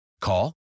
Call